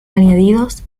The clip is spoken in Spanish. añadidos